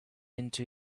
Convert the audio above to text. into